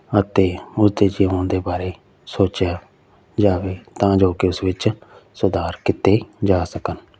ਅਤੇ ਉਸਦੇ ਜਿਉਣ ਦੇ ਬਾਰੇ ਸੋਚਿਆ ਜਾਵੇ ਤਾਂ ਜੋ ਕਿ ਉਸ ਵਿੱਚ ਸੁਧਾਰ ਕੀਤੇ ਜਾ ਸਕਣ